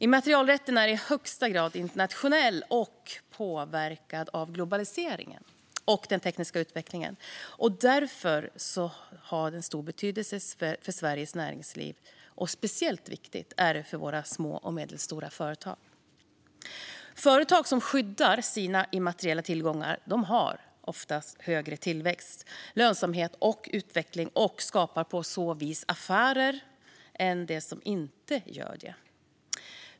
Immaterialrätten är i högsta grad internationell och påverkad av globaliseringen och den tekniska utvecklingen och har därför stor betydelse för Sveriges näringsliv. Speciellt viktig är den för våra små och medelstora företag. Företag som skyddar sina immateriella tillgångar har ofta högre tillväxt, lönsamhet och utveckling och skapar på så vis bättre affärer än de som inte gör det.